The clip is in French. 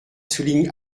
souligne